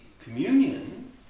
communion